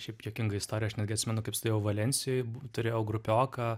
šiaip juokinga istorija aš netgi atsimenu kaip studijavau valensijoj turėjau grupioką